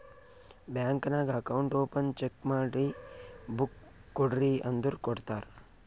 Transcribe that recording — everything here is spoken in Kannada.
ಬ್ಯಾಂಕ್ ನಾಗ್ ಅಕೌಂಟ್ ಓಪನ್ ಚೆಕ್ ಮಾಡಿ ಬುಕ್ ಕೊಡ್ರಿ ಅಂದುರ್ ಕೊಡ್ತಾರ್